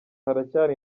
haracyari